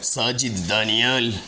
Sajid Daniyal